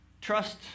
trust